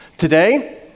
Today